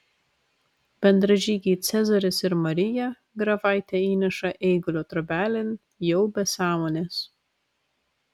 bendražygiai cezaris ir marija grafaitę įneša eigulio trobelėn jau be sąmonės